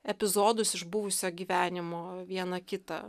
epizodus iš buvusio gyvenimo vieną kitą